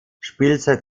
spielzeit